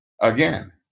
again